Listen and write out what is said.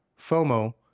FOMO